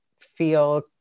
feel